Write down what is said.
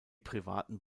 privaten